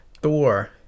Thor